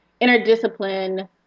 interdiscipline